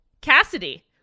Cassidy